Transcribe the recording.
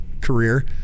career